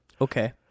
okay